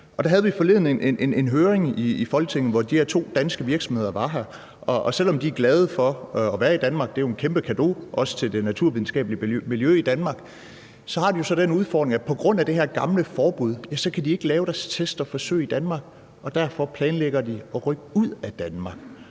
der havde vi forleden en høring i Folketinget, hvor de her to danske virksomheder var her, og selv om de er glade for at være i Danmark – det er jo en kæmpe cadeau også til det naturvidenskabelige miljø i Danmark – har de så den udfordring, at på grund af det her gamle forbud kan de ikke lave deres test og forsøg i Danmark, og derfor planlægger de at rykke ud af Danmark.